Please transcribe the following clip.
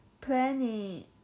planning